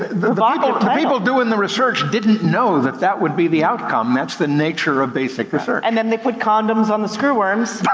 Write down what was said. the like ah people doing the research didn't know that that would be the outcome, that's the nature of basic research. and then they put condoms on the screw worms